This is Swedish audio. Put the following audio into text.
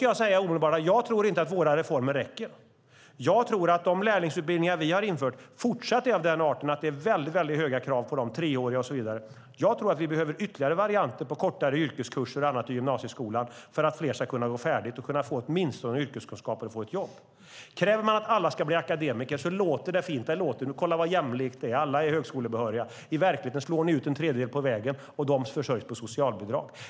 Jag ska omedelbart säga att jag inte tror att våra reformer räcker. Jag tror att de lärlingsutbildningar vi har infört fortsatt är av den arten att det är väldigt höga krav på dem - de är treåriga och så vidare. Jag tror att vi behöver ytterligare varianter med kortare yrkeskurser och annat i gymnasieskolan för att fler ska gå färdigt och få åtminstone yrkeskunskaper och kunna få ett jobb. Det låter fint när ni kräver att alla ska bli akademiker. Det låter jämlikt att alla är högskolebehöriga. Men i verkligheten slår ni ut en tredjedel på vägen, och de försörjs med socialbidrag.